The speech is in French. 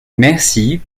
mercy